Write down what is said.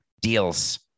deals